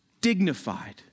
dignified